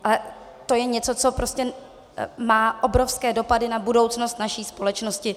A to je něco, co má prostě obrovské dopady na budoucnost naší společnosti.